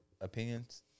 opinions